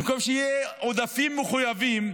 במקום שיהיה עודפים מחויבים,